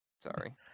Sorry